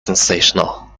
sensational